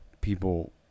people